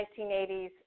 1980s